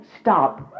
stop